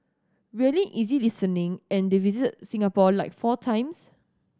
really easy listening and they visited Singapore like four times